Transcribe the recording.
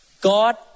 God